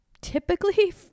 typically